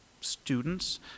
students